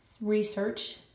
research